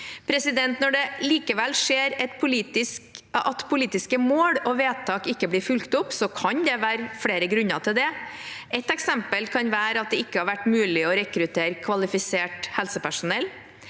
Når det likevel skjer at politiske mål og vedtak ikke blir fulgt opp, kan det være flere grunner til dette. Et eksempel kan være at det ikke har vært mulig å rekruttere kvalifisert helsepersonell.